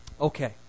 Okay